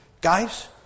Guys